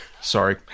sorry